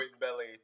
belly